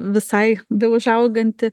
visai beužauganti